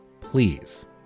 please